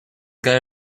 guy